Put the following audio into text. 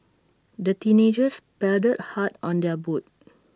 the teenagers paddled hard on their boat